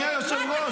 אדוני היושב-ראש.